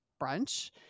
brunch